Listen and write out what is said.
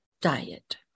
diet